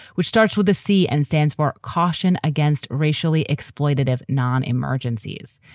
which starts with a c and stands for caution against racially exploitative non emergencies.